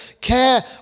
care